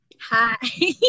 hi